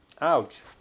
Ouch